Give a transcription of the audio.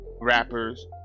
rappers